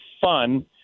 fun